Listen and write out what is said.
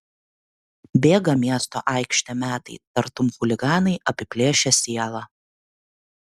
bėga miesto aikštėm metai tartum chuliganai apiplėšę sielą